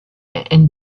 and